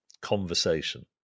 conversation